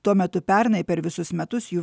tuo metu pernai per visus metus jų